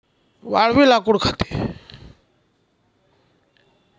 वाळवी लाकूड खाते